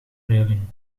reling